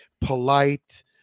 polite